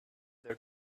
their